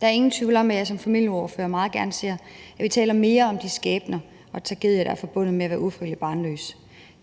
Der er ingen tvivl om, at jeg som familieordfører meget gerne ser, at vi taler mere om de skæbner og tragedier, der er forbundet med at være ufrivilligt barnløs.